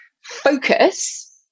Focus